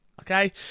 okay